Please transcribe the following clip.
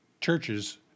churches